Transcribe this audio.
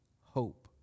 hope